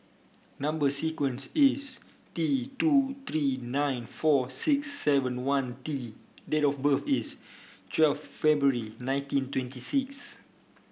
number sequence is T two three nine four six seven one T date of birth is twelve February nineteen twenty six